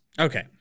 Okay